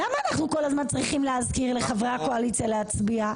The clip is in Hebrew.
למה אנחנו כל הזמן צריכים להזכיר לחברי הקואליציה להצביע?